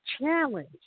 challenge